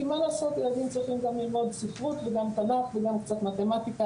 כי מה לעשות ילדים צריכים ללמוד גם ספרות וגם תנ"ך וגם קצת מתמטיקה,